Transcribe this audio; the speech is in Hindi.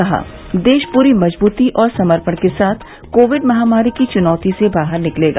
कहा देश पूरी मजबूती और समर्पण के साथ कोविड महामारी की चुनौती से बाहर निकलेगा